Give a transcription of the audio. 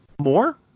more